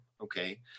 okay